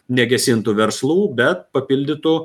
negesintų verslų bet papildytų